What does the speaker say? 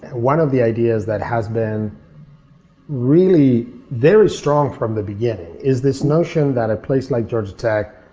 one of the ideas that has been really very strong from the beginning is this notion that a place like georgia tech,